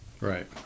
right